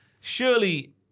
Surely